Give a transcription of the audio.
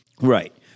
Right